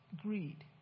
Greed